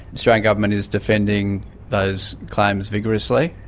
australian government is defending those claims vigorously.